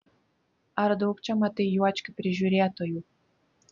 ar daug čia matai juočkių prižiūrėtojų